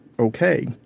okay